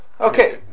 Okay